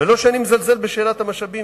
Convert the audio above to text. ולא שאני מזלזל בשאלת המשאבים,